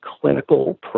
clinical